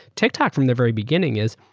tiktok from the very beginning is,